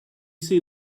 see